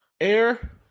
Air